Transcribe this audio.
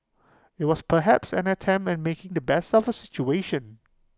IT was perhaps an attempt at making the best of A situation